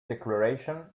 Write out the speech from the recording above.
declaration